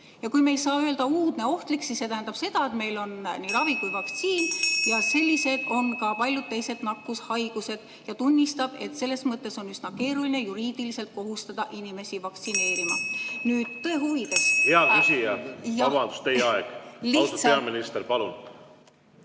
Ja kui me ei saa öelda "uudne, ohtlik", siis see tähendab seda, et meil on nii ravi kui ka vaktsiin. Sellised on ka paljud teised nakkushaigused. Ta tunnistab, et selles mõttes on üsna keeruline juriidiliselt kohustada inimesi vaktsineerima. Nüüd, tõe huvides ... (Juhataja helistab kella.) Hea küsija! Vabandust, teie aeg! Austatud peaminister, palun!